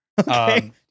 Okay